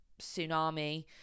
tsunami